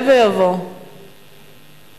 למנהלי קרנות ולמנהלי תיקים (תיקוני חקיקה),